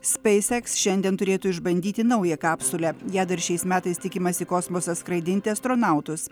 speiseks šiandien turėtų išbandyti naują kapsulę ją dar šiais metais tikimasi į kosmosą skraidinti astronautus